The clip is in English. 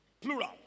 plural